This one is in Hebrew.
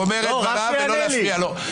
הוא אומר את דבריו, ולא להפריע לו.